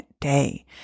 day